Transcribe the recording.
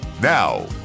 Now